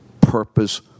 purpose